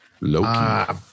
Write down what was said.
Loki